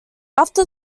after